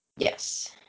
Yes